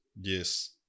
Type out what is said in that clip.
yes